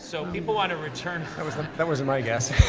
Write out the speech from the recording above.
so people wanna return that wasn't my guess.